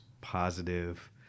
positive